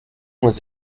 was